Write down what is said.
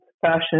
fashion